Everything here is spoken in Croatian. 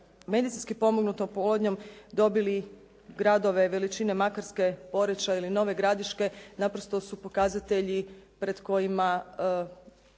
medicinski pomognutom oplodnjom dobili gradove veličine Makarske, Poreča ili Nove Gradiške naprosto su pokazatelji pred kojima